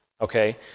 okay